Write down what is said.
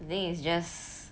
then it's just